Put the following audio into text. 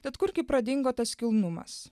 tad kurgi pradingo tas kilnumas